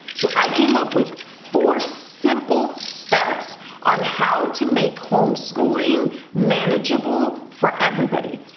so i came up with four simple steps on how to make homeschooling manageable for everybody,